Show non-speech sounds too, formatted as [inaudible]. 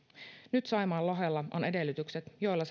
nyt saimaanlohella on edellytykset joilla [unintelligible]